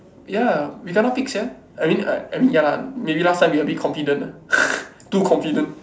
ya we kena pick sia I mean I mean ya lah maybe last time we a bit confident ah too confident